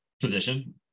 position